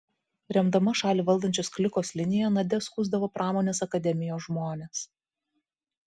remdama šalį valdančios klikos liniją nadia skųsdavo pramonės akademijos žmones